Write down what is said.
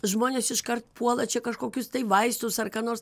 žmonės iškart puola čia kažkokius tai vaistus ar ką nors